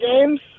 games